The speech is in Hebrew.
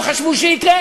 אתה מחר רוצה לקבל אזרחות